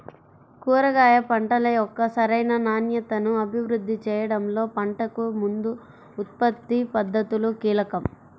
కూరగాయ పంటల యొక్క సరైన నాణ్యతను అభివృద్ధి చేయడంలో పంటకు ముందు ఉత్పత్తి పద్ధతులు కీలకం